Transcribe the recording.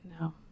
No